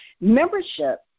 membership